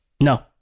No